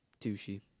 douchey